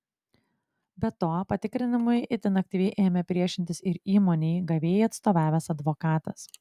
be to patikrinimui itin aktyviai ėmė priešintis ir įmonei gavėjai atstovavęs advokatas